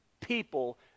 people